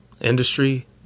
industry